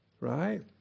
Right